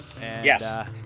Yes